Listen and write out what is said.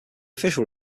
official